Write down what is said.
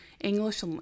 English